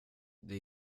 det